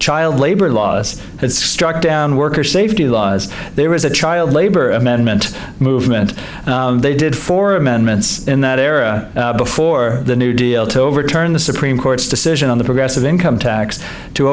child labor laws that struck down worker safety laws there was a child labor amendment movement they did for amendments in that era before the new deal to overturn the supreme court's decision on the progressive income tax to